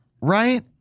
right